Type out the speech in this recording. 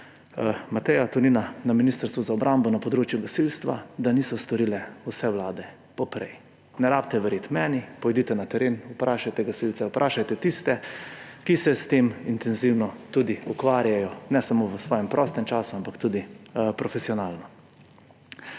Mateja Tonina na Ministrstvu za obrambo, na področju gasilstva niso storile vse vlade poprej. Ni treba verjeti meni, pojdite na teren, vprašajte gasilce, vprašajte tiste, ki se s tem intenzivno ukvarjajo ne samo v svojem prostem času, ampak tudi profesionalno.